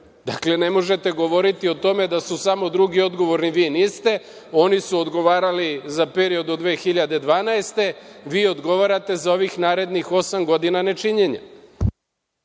ne možete govoriti o tome da su samo drugi odgovorni, vi niste. Oni su odgovarali za period od 2012. godine, a vi odgovarate za ovih narednih osam godina ne činjenja.